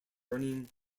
running